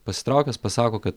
pasitraukęs pasako kad